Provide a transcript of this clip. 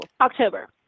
October